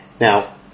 now